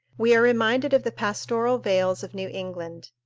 we are reminded of the pastoral vales of new england.